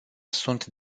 sunt